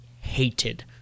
hated